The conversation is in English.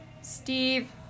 Steve